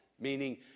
meaning